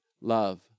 love